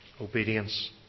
obedience